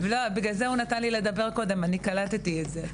בגלל זה הוא נתן לי לדבר קודם, אני קלטתי את זה...